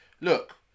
look